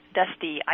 dusty